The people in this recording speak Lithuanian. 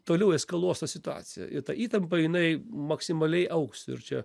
toliau eskaluos tą situaciją ta įtampa jinai maksimaliai augs ir čia